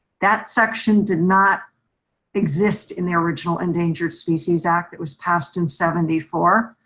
that section did not exist in the original endangered species act that was passed in seventy four,